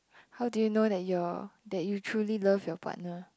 how do you know that your that you truly love your partner